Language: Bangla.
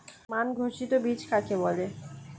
মান ঘোষিত বীজ কাকে বলে?